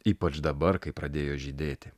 ypač dabar kai pradėjo žydėti